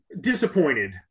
disappointed